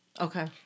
Okay